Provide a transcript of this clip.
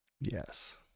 Yes